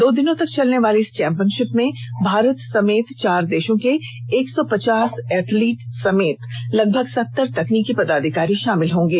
दो दिनों तक चलनेवाली इस चैंपियनषिप में भारत समेत चार देषों के एक सौ पचास एथलीट समेत लगभग सतर तकनीकी पदाधिकारी षामिल होंगे